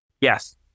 Yes